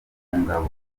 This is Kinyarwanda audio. ngabo